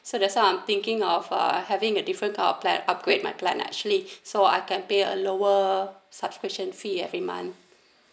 so that's why I'm thinking of uh having a different kind of plan upgrade my plan actually so I can pay a lower subscription fee every month